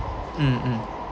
mm mm